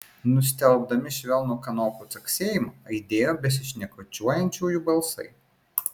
nustelbdami švelnų kanopų caksėjimą aidėjo besišnekučiuojančiųjų balsai